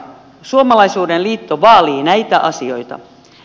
suomalaisuuden liitto vaalii näitä asioita